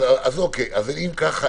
אם כך,